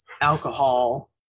alcohol